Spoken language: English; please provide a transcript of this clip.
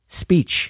speech